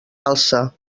alce